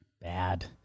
Bad